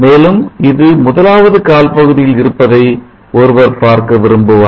மேலும் இது முதலாவது கால் பகுதியில் இருப்பதை ஒருவர் பார்க்க விரும்புவார்